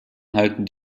halten